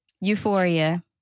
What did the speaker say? Euphoria